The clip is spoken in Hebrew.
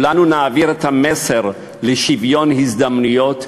כולנו נעביר את המסר של שוויון הזדמנויות.